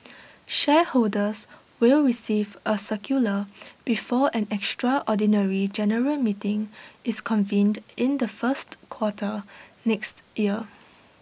shareholders will receive A circular before an extraordinary general meeting is convened in the first quarter next year